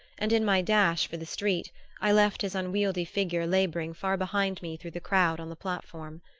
and in my dash for the street i left his unwieldy figure laboring far behind me through the crowd on the platform.